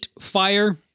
fire